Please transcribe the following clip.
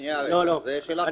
שנייה, זו שאלת הבהרה.